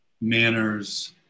manners